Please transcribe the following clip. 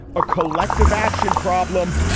a collective action problem.